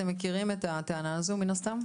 אתם מכירים את הטענה הזאת, מן הסתם.